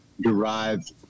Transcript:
derived